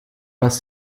dass